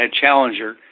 Challenger